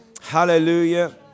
Hallelujah